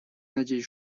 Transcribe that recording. надеюсь